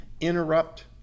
interrupt